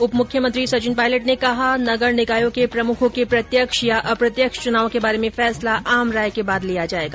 उप मुख्यमंत्री सचिन पायलट ने कहा नगर निकायों के प्रमुखों के प्रत्यक्ष या अप्रत्यक्ष चुनाव के बारे में फैसला आम राय के बाद लिया जायेगा